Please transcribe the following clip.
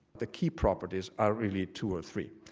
the key properties are really two or three.